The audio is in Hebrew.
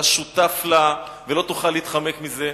זאת ממשלה שאתה שותף לה ולא תוכל להתחמק מזה.